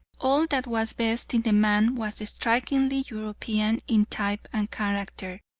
all that was best in the man was strikingly european in type and character,